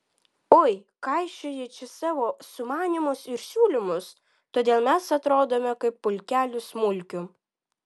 ui kaišioji čia savo sumanymus ir siūlymus todėl mes atrodome kaip pulkelis mulkių